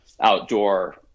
outdoor